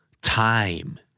Time